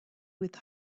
with